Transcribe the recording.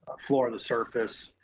floor and surface,